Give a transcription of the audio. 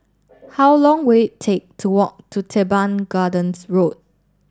how long will it take to walk to Teban Gardens Road